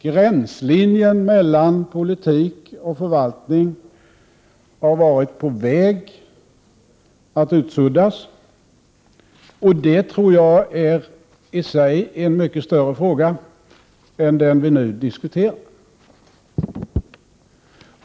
Gränslinjen mellan politik och förvaltning har varit på väg att utsuddas, och det tror jag i sig är en mycket större fråga än den vi nu diskuterar.